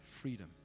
freedom